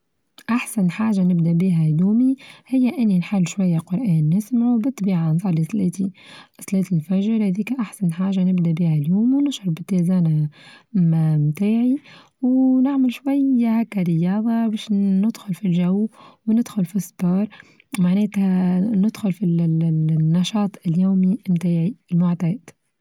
أحسن حاچة نبدأ بها يومى هي إني نحل شوية قرآن نسمعو بالطبيعة نصلي صلاتي صلاه الفچر هاذيك أحسن حاجة نبدا بها اليوم ونشعر باتزانا متاعي ونعمل شوية هاكا رياضة باش ندخل في الچو وندخل في ستار معناتها ندخل في النشاط اليومي بتاعي المعتاد.